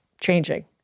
changing